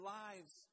lives